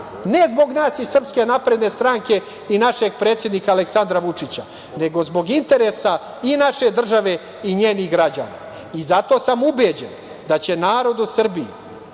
ne zbog nas iz SNS i našeg predsednika Aleksandra Vučića, nego zbog interesa i naše države i njenih građana. Zato sam ubeđen da će narod u Srbiji,